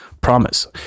Promise